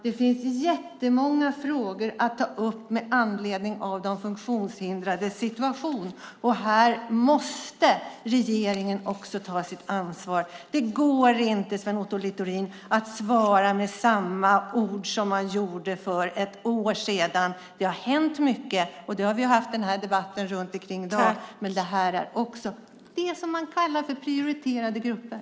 Det finns jättemånga frågor att ta upp med anledning av de funktionshindrades situation. Här måste regeringen också ta sitt ansvar. Det går inte, Sven Otto Littorin, att svara med samma ord som man gjorde för ett år sedan. Det har hänt mycket, och det har vi haft debatt om i dag. Men det här är det som man kallar för prioriterade grupper.